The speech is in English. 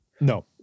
no